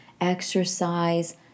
exercise